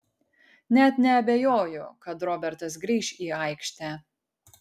net neabejoju kad robertas grįš į aikštę